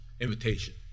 invitation